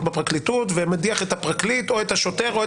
בפרקליטות ומדיח את הפרקליט או את השוטר,